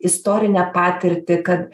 istorinę patirtį kad